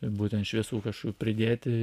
būtent šviesų kažkokių pridėti